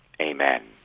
Amen